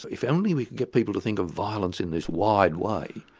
if only we could get people to think of violence in this wide way,